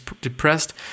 depressed